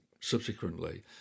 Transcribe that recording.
Subsequently